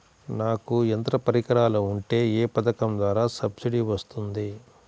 నాకు యంత్ర పరికరాలు ఉంటే ఏ పథకం ద్వారా సబ్సిడీ వస్తుంది?